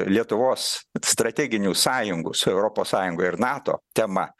lietuvos strateginių sąjungų su europos sąjunga ir nato tema